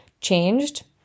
changed